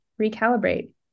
Recalibrate